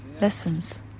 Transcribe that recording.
Lessons